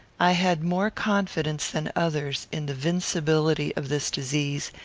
i had more confidence than others in the vincibility of this disease,